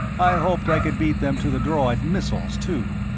i hoped i could beat them to the draw at missiles, too.